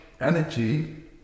energy